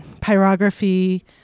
Pyrography